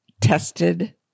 tested